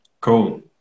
Cool